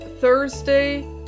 Thursday